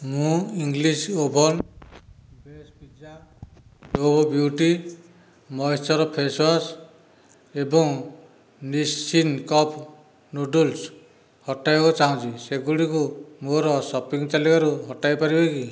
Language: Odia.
ମୁଁ English oven base pizza Dove beauty moisture face wash ଏବଂ ନିସ୍ସିନ୍ କପ୍ ନୁଡଲ୍ସ୍ ହଟାଇବାକୁ ଚାହୁଁଛି ସେଗୁଡ଼ିକୁ ମୋର ସପିଂ ତାଲିକାରୁ ହଟାଇ ପାରିବେ କି